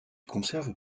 conserve